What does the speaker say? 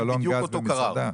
על בלון גז במסעדה.